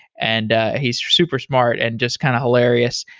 and ah he's super smart and just kind of hilarious.